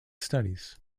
studies